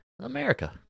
America